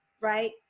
right